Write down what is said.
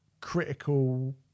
critical